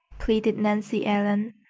pleaded nancy ellen.